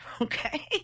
okay